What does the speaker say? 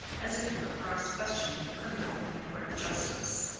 as if he were cross-questioning a criminal in a court of justice.